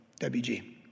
WG